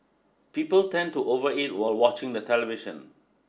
people tend to over eat while watching the television